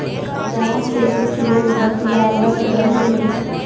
गाँव के कुछ लोग बतियावत रहेलो